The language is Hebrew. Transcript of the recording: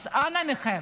אז אנא מכם,